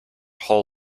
hull